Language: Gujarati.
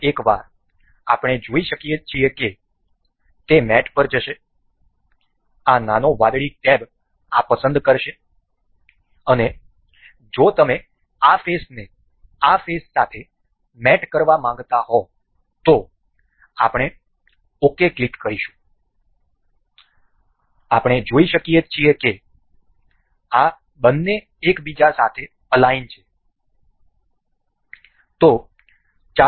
ફરી એક વાર આપણે જોઈ શકીએ કે તે મેટ પર જશે આ નાનો વાદળી ટેબ આ પસંદ કરશે અને જો તમે આ ફેસને આ ફેસ સાથે મેટ કરવા માંગતા હો તો આપણે ok ક્લિક કરીશું આપણે જોઈ શકીએ કે આ બંને એક બીજા સાથે અલાઇન છે